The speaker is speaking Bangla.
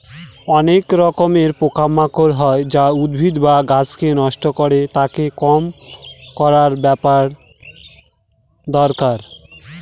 অনেক রকমের পোকা মাকড় হয় যা উদ্ভিদ বা গাছকে নষ্ট করে, তাকে কম করার ব্যাপার দরকার